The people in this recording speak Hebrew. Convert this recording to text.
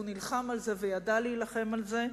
והוא נלחם על זה וידע להילחם על זה,